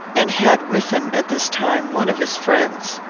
and had with him, at this time, one of his friends.